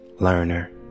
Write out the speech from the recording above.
learner